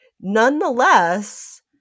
nonetheless